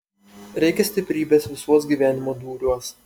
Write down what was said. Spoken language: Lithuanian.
reikia stiprybės visuos gyvenimo dūriuos